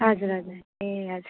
हजुर हजुर ए हजुर